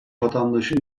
vatandaşın